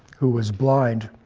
who was blind,